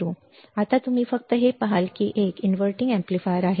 आता तुम्ही फक्त हे पहाल की हे एक इन्व्हर्टिंग अॅम्प्लीफायर आहे